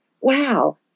wow